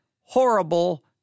horrible